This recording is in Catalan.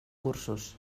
cursos